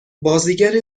بازیگر